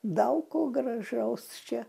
daug ko gražaus čia